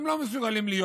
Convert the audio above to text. הם לא מסוגלים להיות